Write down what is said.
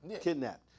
kidnapped